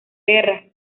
guerra